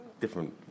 different